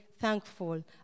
thankful